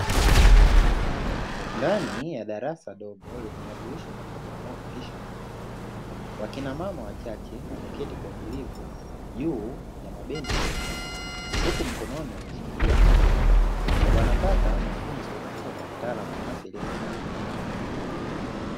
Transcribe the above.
Ndani ya darasa dogo lenye madirisha makubwa yanayopitisha mwanga, wakina mama wachache wameketi kwa utulivu juu ya mabenchi ya mbao huku mkononi wameshikilia watoto wao wanapata mafunzo kutoka kwa mtaalamu wa afya aliesimama mbele yao.